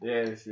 Yes